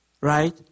Right